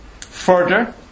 Further